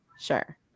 sure